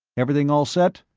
everything all set?